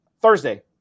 Thursday